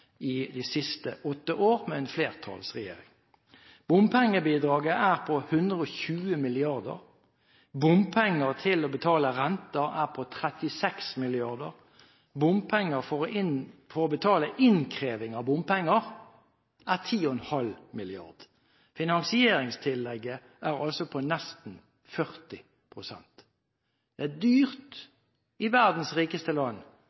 behandlet de siste åtte år med en flertallsregjering. Bompengebidraget er på 120 mrd. kr, bompenger til å betale renter er på 36 mrd. kr, og bompenger for å betale innkreving av bompenger er 10,5 mrd. kr. Finansieringstillegget er altså på nesten 40 pst. Det blir dyrt i verdens rikeste land når bilistene er